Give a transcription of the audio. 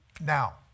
Now